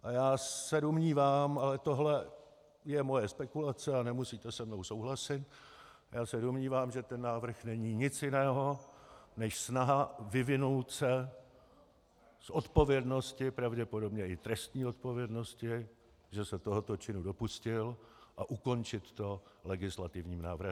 A já se domnívám, ale tohle je moje spekulace a nemusíte se mnou souhlasit, já se domnívám, že ten návrh není nic jiného než snaha vyvinout se z odpovědnosti, pravděpodobně i trestní odpovědnosti, že se tohoto činu dopustil, a ukončit to legislativním návrhem.